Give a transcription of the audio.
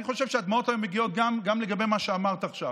אני חושב שהדמעות היום מגיעות גם לגבי מה שאמרת עכשיו.